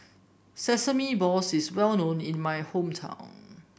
Sesame Balls is well known in my hometown